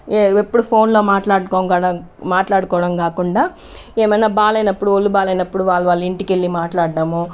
ఎ ఎప్పుడు ఫోన్లో మాట్లాడుకోడం మాట్లాడుకోవడం కాకుండా ఏమైనా బాగాలేనప్పుడు ఒళ్ళు బాగాలేనప్పుడు వాళ్ళ వాళ్ళ ఇంటికి వెళ్ళి మాట్లాడడము